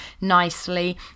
nicely